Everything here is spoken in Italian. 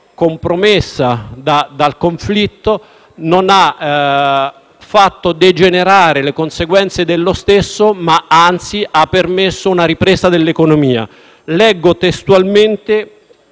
compromessa dal conflitto, non ha fatto degenerare le conseguenze dello stesso, ma ha anzi permesso una ripresa dell'economia. Leggo testualmente